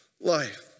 life